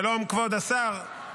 שלום כבוד השר,